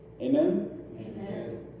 Amen